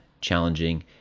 challenging